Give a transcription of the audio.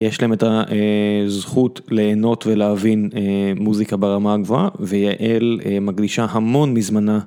יש להם את הזכות ליהנות ולהבין מוזיקה ברמה הגבוהה, ויעל מקדישה המון מזמנה